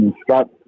Scott